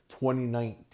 2019